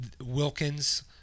Wilkins